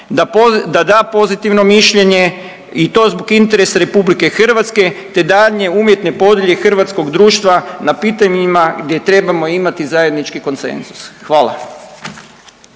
da da pozitivno mišljenje i to zbog interesa RH te daljnje umjetne .../Govornik se ne razumije./... hrvatskog društva na pitanjima gdje trebamo imati zajednički koncenzus. Hvala.